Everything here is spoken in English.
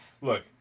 Look